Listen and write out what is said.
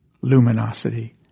luminosity